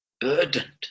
Burdened